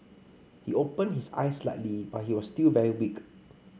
he opened his eyes slightly but he was still very weak